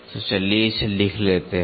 तो चलिए इसे लिख लेते हैं